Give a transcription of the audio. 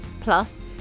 Plus